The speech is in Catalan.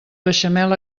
beixamel